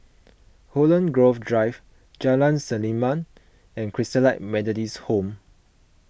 Holland Grove Drive Jalan Selimang and Christalite Methodist Home